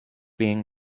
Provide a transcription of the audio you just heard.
being